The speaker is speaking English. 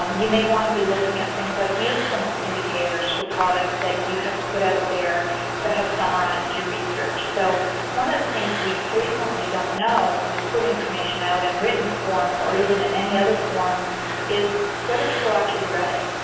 um you may want to be looking at things like usefulness indicators for products that you have put out there that have summarized your research so one of the things we frequently don't know when we put information out in written form or even in any other form is whether people actually read it.